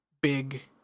big